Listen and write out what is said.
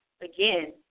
again